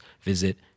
visit